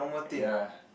ya